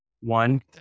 One